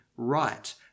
right